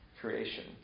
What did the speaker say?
creation